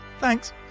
Thanks